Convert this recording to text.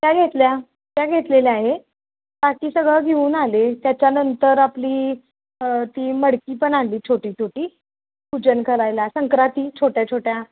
त्या घेतल्या त्या घेतलेल्या आहे बाकी सगळं घेऊन आले त्याच्यानंतर आपली ती मडकी पण आली छोटी छोटी पूजन करायला संक्रांती छोट्या छोट्या